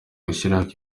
gushyirwaho